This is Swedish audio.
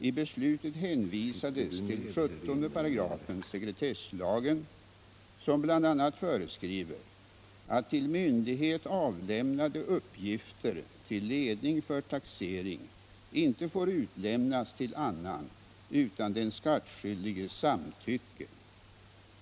I beslutet hänvisades till 17 § sekretesslagen, som bl.a. föreskriver att till myndighet avlämnade uppgifter till ledning för taxering inte får utlämnas till annan utan den skattskyldiges samtycke.